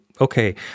okay